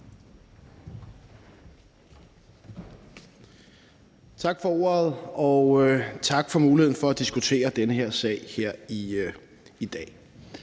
Tak for ordet, og tak for muligheden for at diskutere den her sag her i dag.